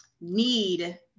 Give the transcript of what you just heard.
need